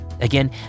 Again